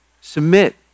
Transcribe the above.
submit